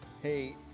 Hey